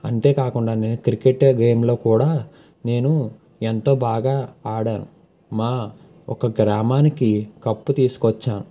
అంతేకాకుండా నేను క్రికెట్ గేమ్లో కూడా నేను ఎంతో బాగా ఆడాను మా ఒక గ్రామానికి కప్పు తీసుకొచ్చాను